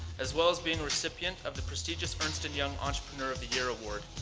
as well as being recipient of the prestigious ernst and young entrepreneur of the year award.